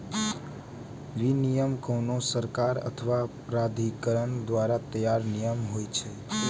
विनियम कोनो सरकार अथवा प्राधिकरण द्वारा तैयार नियम होइ छै